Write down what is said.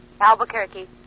Albuquerque